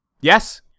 Yes